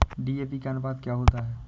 DAP का अनुपात क्या होता है?